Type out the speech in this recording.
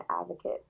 advocate